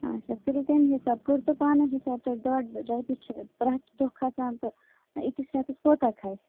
اچھا تہٕ تَمہِ حِسابہٕ کٔرِو تُہۍ پانےَ حِساب تہٕ ڈۄڈ رۄپیہِ چھِ پرٛتھ دۄہ کھسان تہٕ أکِس ریٚتَس کوتاہ کھسہِ